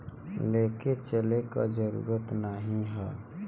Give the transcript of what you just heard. लेके चले क जरूरत नाहीं हौ